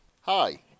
Hi